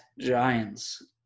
Giants